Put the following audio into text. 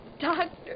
Doctor